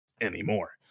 anymore